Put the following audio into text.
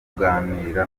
kuganira